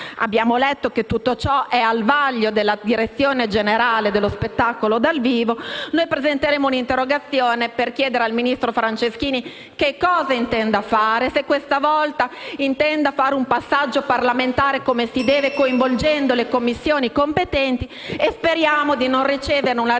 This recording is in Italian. Abbiamo letto che tutto ciò è al vaglio della direzione generale dello spettacolo dal vivo. Presenteremo un'interrogazione per chiedere al Ministro delle attività culturali che cosa intenda fare e se questa volta intenda consentire un passaggio parlamentare come si deve, coinvolgendo le Commissioni competenti. Speriamo di non ricevere una risposta